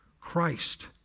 Christ